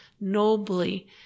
nobly